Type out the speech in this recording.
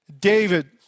David